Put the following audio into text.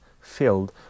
filled